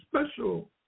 special